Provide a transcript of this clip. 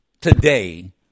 today